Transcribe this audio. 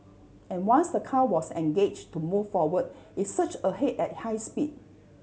and once the car was engaged to move forward it surged ahead at high speed